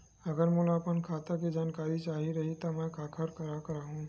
अगर मोला अपन खाता के जानकारी चाही रहि त मैं काखर करा जाहु?